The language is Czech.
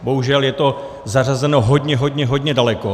Bohužel je to zařazeno hodně, hodně daleko.